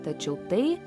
tačiau tai